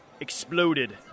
exploded